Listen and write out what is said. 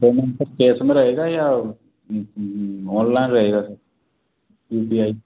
payment sir cash में रहेगा या ऑनलाइन रहेगा सर यू पी आई